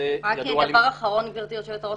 דבר אחרון גברתי היושבת ראש.